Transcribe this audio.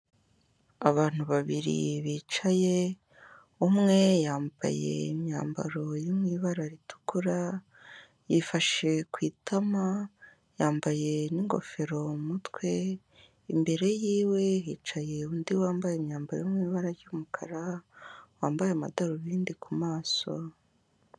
Abantu babiri bicaye, umwe yambaye imyambaro iri mu ibara ritukura, yifashe ku itama, yambaye n'ingofero mu mutwe, imbere y'iwe hicaye undi wambaye imyambaro yo mu ibara ry'umukara, wambaye amadarubindi ku maso.